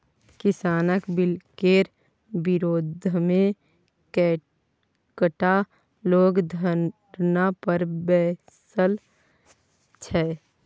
किसानक बिलकेर विरोधमे कैकटा लोग धरना पर बैसल छै